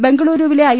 ബംഗളുരുവിലെ I